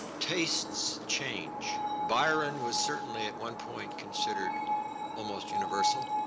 tastes change. byron was certainly at one point considered almost universal.